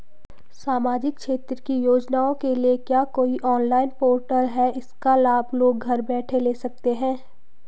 सामाजिक क्षेत्र की योजनाओं के लिए क्या कोई ऑनलाइन पोर्टल है इसका लाभ लोग घर बैठे ले सकते हैं?